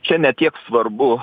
čia ne tiek svarbu